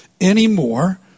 anymore